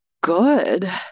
good